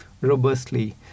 robustly